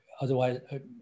Otherwise